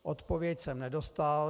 Odpověď jsem nedostal.